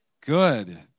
Good